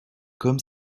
comme